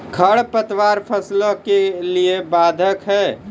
खडपतवार फसलों के लिए बाधक हैं?